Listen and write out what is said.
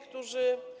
którzy.